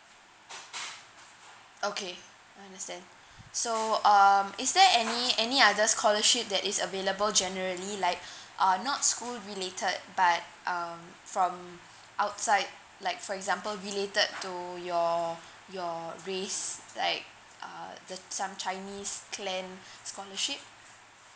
okay I understand so um is there any any other scholarship that is available generally like uh not school related by um from outside like for example related to your your race like uh the some chinese clan scholarship